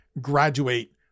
graduate